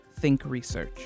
thinkresearch